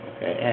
Okay